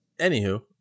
Anywho